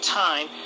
time